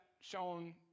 shown